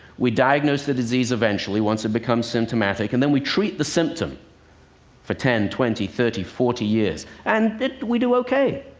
we diagnose the disease eventually, once it becomes symptomatic, and then we treat the symptom for ten, twenty, thirty, forty years. and we do ok.